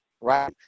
right